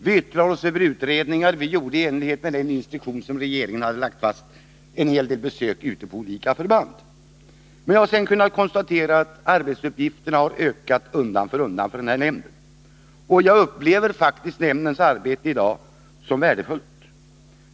Vi yttrade oss över utredningar, vi gjorde i enlighet med den instruktion som regeringen hade lagt fast en hel del besök på olika förband. Men jag har sedan kunnat konstatera att arbetsuppgifterna för nämnden undan för undan har ökat. Jag upplever i dag faktiskt nämndens arbete som värdefullt.